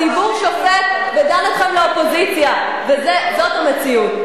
הציבור שופט ודן אתכם לאופוזיציה, וזאת המציאות.